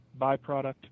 byproduct